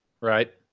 Right